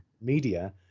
media